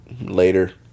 later